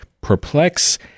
perplex